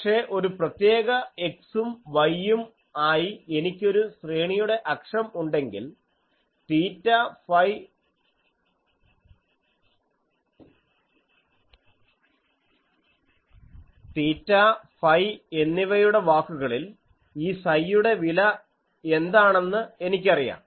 പക്ഷേ ഒരു പ്രത്യേക x ഉം y ഉം ആയി എനിക്കൊരു ശ്രേണിയുടെ അക്ഷം ഉണ്ടെങ്കിൽ തീറ്റ ഫൈ എന്നിവയുടെ വാക്കുകളിൽ ഈ സൈയുടെ വില എന്താണെന്ന് എനിക്കറിയാം